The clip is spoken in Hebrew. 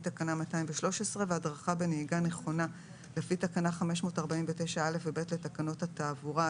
תקנה 213 והדרכה בנהיגה נכונה לפי תקנה 549(א) ו-(ב) לתקנות התעבורה,